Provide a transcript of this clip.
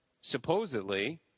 supposedly